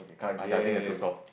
I I think they are too soft